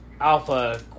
Alpha